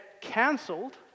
cancelled